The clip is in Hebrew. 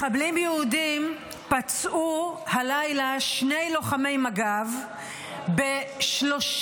מחבלים יהודים פצעו הלילה שני לוחמי מג"ב בשלושה